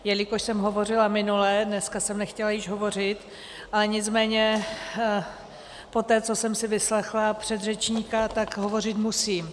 Jelikož jsem hovořila minule, dneska jsem nechtěla již hovořit, ale nicméně poté, co jsem si vyslechla předřečníka, tak hovořit musím.